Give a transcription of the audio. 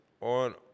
on